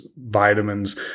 vitamins